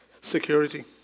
security